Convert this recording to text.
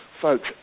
folks